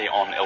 on